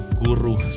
guru